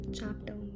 Chapter